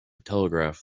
telegraph